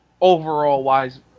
overall-wise